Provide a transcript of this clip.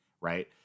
right